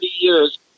years